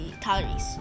calories